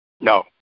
No